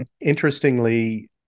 Interestingly